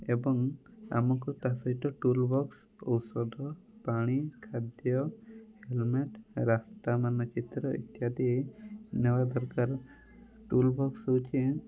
ଏବଂ ଆମକୁ ତା ସହିତ ଟୁଲବକ୍ସ୍ ଔଷଧ ପାଣି ଖାଦ୍ୟ ହେଲମେଟ୍ ରାସ୍ତା ମାନଚିତ୍ର ଇତ୍ୟାଦି ନେବା ଦରକାର ଟୁଲବକ୍ସ୍ ହେଉଛି